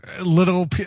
little